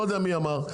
לא יודע מי אמר,